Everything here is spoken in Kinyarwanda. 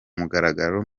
mugaragaro